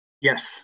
Yes